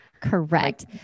Correct